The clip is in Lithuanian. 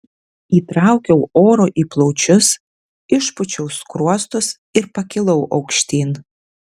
įtraukiau oro į plaučius išpūčiau skruostus ir pakilau aukštyn